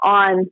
on